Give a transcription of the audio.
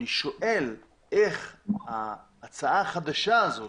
אני שואל איך ההצעה החדשה הזאת